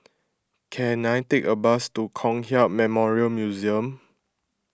can I take a bus to Kong Hiap Memorial Museum